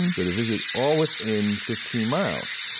and go to visit, all within fifteen miles.